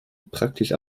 praktisch